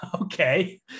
Okay